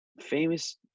famous